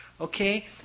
Okay